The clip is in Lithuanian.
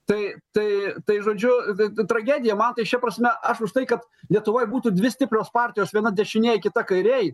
tai tai tai žodžiu tragedija man tai šia prasme aš už tai kad lietuvoj būtų dvi stiprios partijos viena dešinėj kita kairėj